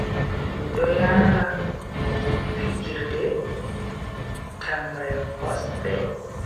Mido lara fijirde tamre kosde.